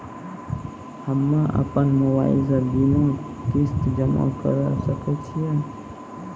हम्मे अपन मोबाइल से बीमा किस्त जमा करें सकय छियै?